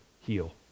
heal